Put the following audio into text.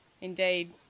Indeed